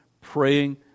praying